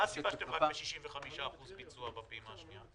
מה סיבה שאתם רק ב-65% ביצוע בפעימה השנייה?